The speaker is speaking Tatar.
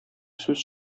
сүз